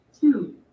Two